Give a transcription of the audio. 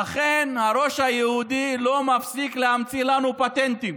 אכן, הראש היהודי לא מפסיק להמציא לנו פטנטים.